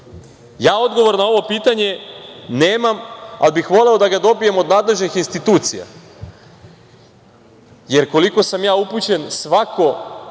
odgovor na ovo pitanje nemam, ali bih voleo da ga dobijem od nadležnih institucija. Jer, koliko sam ja upućen, svako